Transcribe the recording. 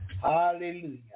Hallelujah